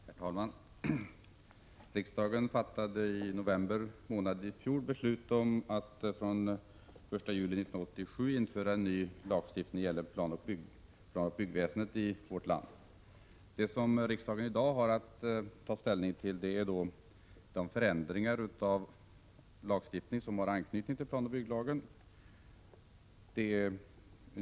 Herr talman! Riksdagen fattade i november i fjol beslut om att den 1 juli 1987 införa en ny lag beträffande lagoch byggväsendet i vårt land. Det som riksdagen i dag har att ta ställning till är de förändringar av lagstiftningen som anknyter till planoch bygglagen.